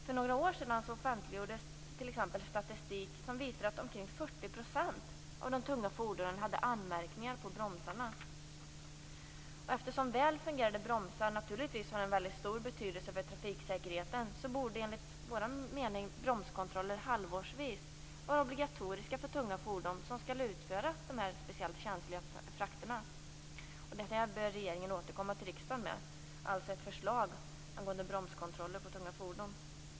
För några år sedan offentliggjordes statistik som visade att omkring 40 % av de tunga fordonen hade anmärkningar på bromsarna. Eftersom väl fungerande bromsar naturligtvis har en stor betydelse för trafiksäkerheten, borde det enligt vår mening vara obligatoriskt med bromskontroller halvårsvis för tunga fordon som skall utföra de speciellt känsliga frakterna. Regeringen bör återkomma till riksdagen med ett förslag angående bromskontroller av tunga fordon.